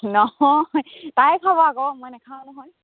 নহয় তাই খাব আকৌ মই নেখাওঁ নহয়